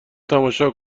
تماشا